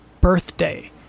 birthday